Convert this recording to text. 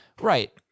Right